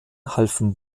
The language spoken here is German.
halfen